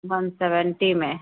one seventy में